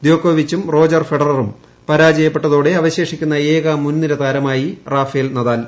ദ്യോക്കോവിച്ചും Roger ഫെഡററും പരാജയപ്പെട്ടതോടെ അവശേഷിക്കുന്ന ഏകമുൻനിരതാരമായി റാഫേൽ നദാൽ